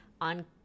on